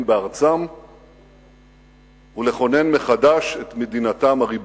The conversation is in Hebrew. בארצם ולכונן מחדש את מדינתם הריבונית.